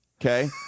okay